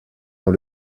dans